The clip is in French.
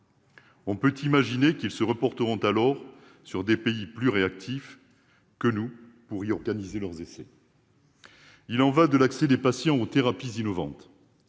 On peut imaginer qu'ils se reporteront alors sur des pays plus réactifs que nous pour y organiser leurs essais. Il y va de l'accès des patients aux thérapies innovantes